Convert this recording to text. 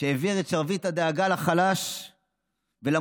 שהעביר את שרביט הדאגה לחלש ולמוחלש,